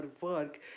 work